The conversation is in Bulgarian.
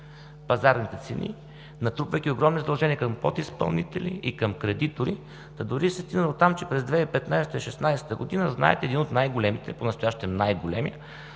пазарните цени, натрупвайки огромни задължения към подизпълнители и към кредитори, дори се стигна до там, че през 2015 – 2016 г., знаете е един от най-големите, понастоящем най-големият